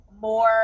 more